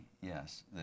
yes